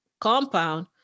compound